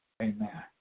Amen